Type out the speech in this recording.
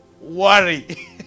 worry